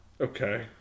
Okay